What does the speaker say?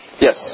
Yes